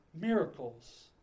miracles